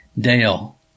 Dale